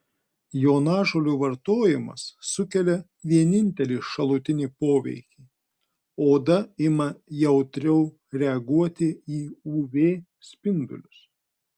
jonažolių vartojimas sukelia vienintelį šalutinį poveikį oda ima jautriau reaguoti į uv spindulius